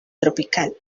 tropical